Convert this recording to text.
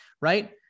Right